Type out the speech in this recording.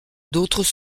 d’autres